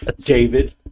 David